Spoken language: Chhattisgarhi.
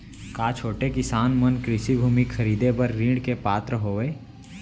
का छोटे किसान मन कृषि भूमि खरीदे बर ऋण के पात्र हवे?